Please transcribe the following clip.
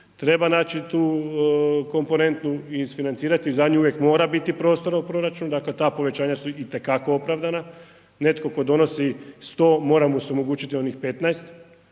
treba naći tu komponentu i isfinancirati, za nju uvijek mora biti prostora u proračunu, dakle ta povećanja su itekako opravdana, netko tko donosi 100, mora mu se omogućiti i onih 15,